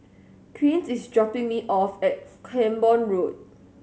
Quint is dropping me off at Camborne Road